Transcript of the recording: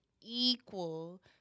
equal